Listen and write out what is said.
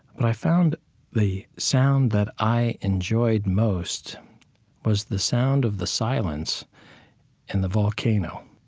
but i found the sound that i enjoyed most was the sound of the silence in the volcano.